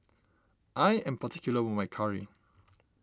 I am particular about my Curry